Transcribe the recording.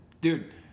Dude